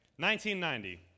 1990